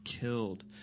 killed